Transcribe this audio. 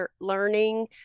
learning